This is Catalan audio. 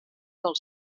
del